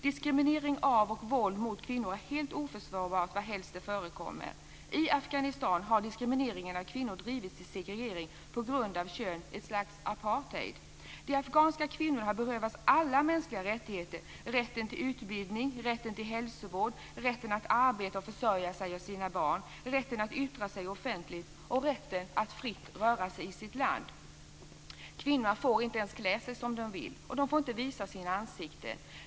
Diskriminering av och våld mot kvinnor är helt oförsvarbart varhelst det förekommer. I Afghanistan har diskrimineringen av kvinnorna drivits till segregering på grund av kön; ett slags apartheid. De afghanska kvinnorna har berövats alla mänskliga rättigheter, rätten till utbildning, rätten till hälsovård, rätten att arbeta och försörja sig och sina barn, rätten att yttra sig offentligt och rätten att fritt röra sig i sitt land. Kvinnorna får inte ens klä sig som de vill, och de får inte visa sina ansikten.